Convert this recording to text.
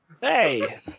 Hey